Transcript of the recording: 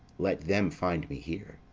let them find me here.